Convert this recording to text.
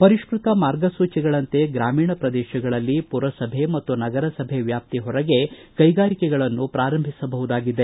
ಪರಿಷ್ಠತ ಮಾರ್ಗಸೂಚಿಗಳಂತೆ ಗ್ರಾಮೀಣ ಪ್ರದೇಶಗಳಲ್ಲಿ ಪುರಸಭೆ ಮತ್ತು ನಗರಸಭೆ ವ್ಯಾಪ್ತಿ ಹೊರಗೆ ಕೈಗಾರಿಕೆಗಳನ್ನು ಪ್ರಾರಂಭಿಸಬಹುದಾಗಿದೆ